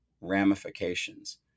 ramifications